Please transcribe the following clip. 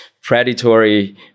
predatory